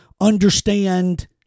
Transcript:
understand